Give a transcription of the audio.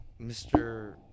Mr